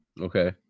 Okay